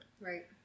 Right